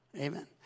Amen